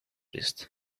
list